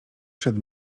przed